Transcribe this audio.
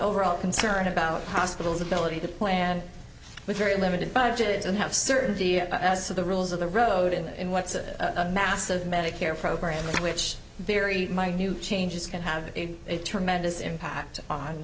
overall concern about hospitals ability to plan with very limited budgets and have certainty as to the rules of the road and in what's a massive medicare program which very minute changes can have a tremendous impact on